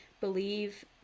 believe